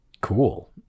cool